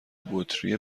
بطری